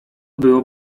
było